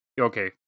okay